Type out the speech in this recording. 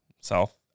South